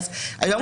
היום,